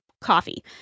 Coffee